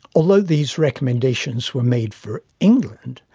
although these recommendations were made for england,